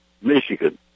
Michigan